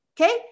Okay